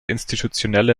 institutionelle